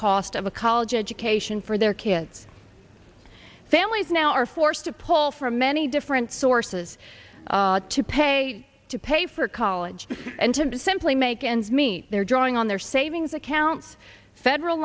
cost of a college education for their kids families now are forced to pull from many different sources to pay to pay for college and to simply make ends meet they're drawing on their savings accounts federal